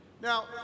Now